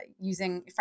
using